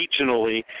regionally